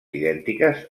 idèntiques